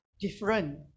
different